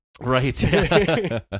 Right